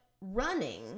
running